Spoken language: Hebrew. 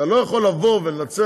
אתה לא יכול לבוא ולנצל,